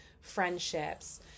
friendships